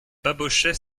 babochet